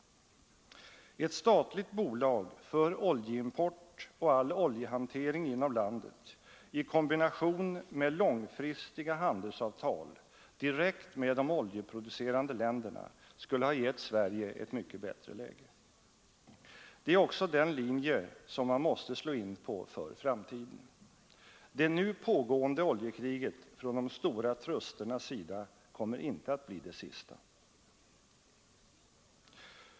Ett statligt bolag för oljeimport och all oljehantering imom landet i kombination med långfristiga handelsavtal direkt med de oljeproducerande länderna skulle ha gett Sverige ett mycket bättre läge. Det är också den linje man måste slå in på för framtiden. Det nu pågående oljekriget från de stora trusternas sida kommer inte att bli det sista.